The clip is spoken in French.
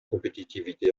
compétitivité